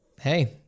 Hey